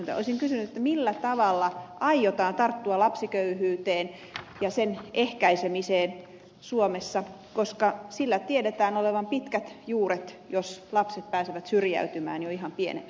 olisin kysynyt millä tavalla aiotaan tarttua lapsiköyhyyteen ja sen ehkäisemiseen suomessa koska sillä tiedetään olevan pitkät juuret jos lapset pääsevät syrjäytymään jo ihan pienenä